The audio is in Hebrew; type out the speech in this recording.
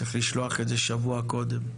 צריך לשלוח את זה שבוע קודם.